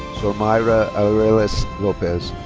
xiomayra arelis.